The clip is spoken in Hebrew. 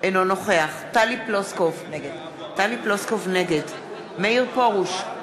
אינו נוכח טלי פלוסקוב, נגד מאיר פרוש,